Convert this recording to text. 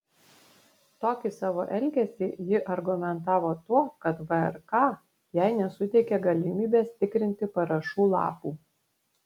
tokį savo elgesį ji argumentavo tuo kad vrk jai nesuteikė galimybės tikrinti parašų lapų